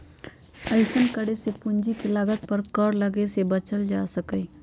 अइसन्न करे से पूंजी के लागत पर कर लग्गे से बच्चल जा सकइय